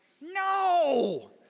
no